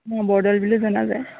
অঁ বৰদৌল বুলিও জনা যায়